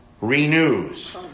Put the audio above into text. Renews